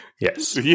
Yes